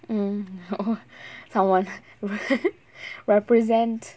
mm someone will represent